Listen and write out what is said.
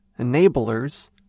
enablers